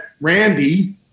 Randy